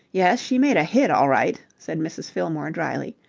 yes, she made a hit all right, said mrs. fillmore drily.